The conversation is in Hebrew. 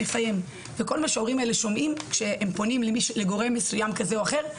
וכל מה שההורים האלה שומעים כשהם פונים לגורם מסוים כזה או אחר,